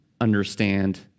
understand